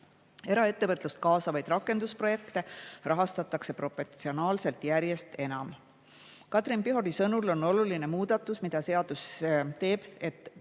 Eraettevõtlust kaasavaid rakendusprojekte rahastatakse proportsionaalselt järjest enam. Katrin Pihori sõnul on oluline muudatus, mille seadus teeb, et